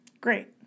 Great